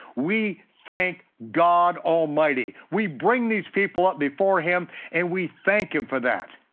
we thank god almighty. we bring these people ah before him and we thank him for that.